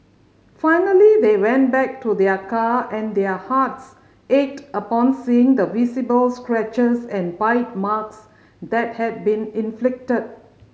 finally they went back to their car and their hearts ached upon seeing the visible scratches and bite marks that had been inflicted